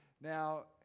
now